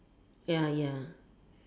ya ya